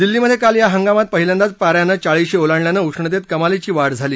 दिल्लीमध्ये काल या हंगामात पहिल्यांदाच पाऱ्यानं चाळीशी ओलांडल्यानं उष्णतेत कमालीची वाढ झाली